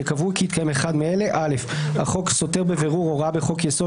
שקבעו כי התקיים אחד מאלה: החוק סותר בבירור הוראה בחוק-יסוד,